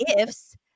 ifs